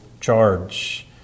charge